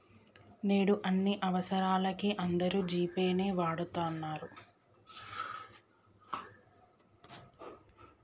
నేడు అన్ని అవసరాలకీ అందరూ జీ పే నే వాడతన్నరు